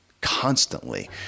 constantly